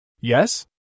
Yes